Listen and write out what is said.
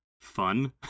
fun